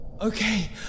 Okay